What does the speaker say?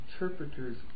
Interpreters